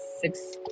six